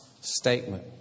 statement